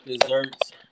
desserts